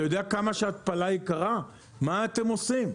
אתה יודע כמה שהתפלה יקרה מה אתם עושים?